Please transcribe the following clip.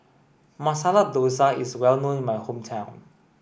Masala Dosa is well known in my hometown